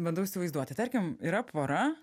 bandau įsivaizduoti tarkim yra pora